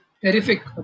terrific